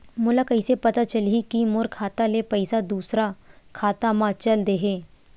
मोला कइसे पता चलही कि मोर खाता ले पईसा दूसरा खाता मा चल देहे?